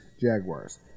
Jaguars